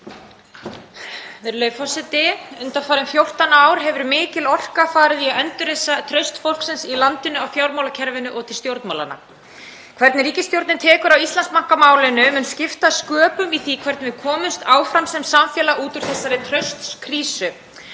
Virðulegi forseti. Undanfarin 14 ár hefur mikil orka farið í að endurreisa traust fólksins í landinu á fjármálakerfinu og til stjórnmálanna. Hvernig ríkisstjórnin tekur á Íslandsbankamálinu mun skipta sköpum í því hvernig við komumst áfram sem samfélag út úr þessari traustskrísu.